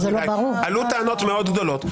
עלו טענות מאוד גדולות,